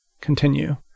continue